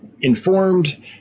informed